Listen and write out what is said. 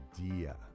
idea